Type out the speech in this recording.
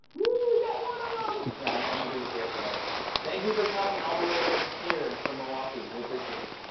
we got one of um them. i knew he was here. so thank you for coming all the way here from milwaukee. we appreciate it.